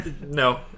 no